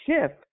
shift